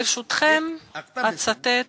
ברשותכם, אצטט